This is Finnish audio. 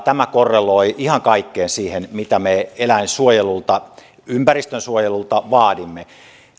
tämä korreloi ihan kaikkeen siihen mitä me eläinsuojelulta ympäristönsuojelulta vaadimme